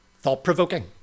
thought-provoking